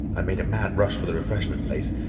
i made a mad rush for the refreshment place,